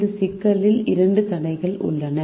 இந்த சிக்கலில் இரண்டு தடைகள் உள்ளன